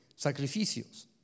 sacrificios